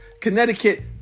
Connecticut